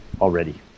already